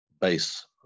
base